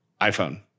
iPhone